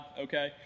okay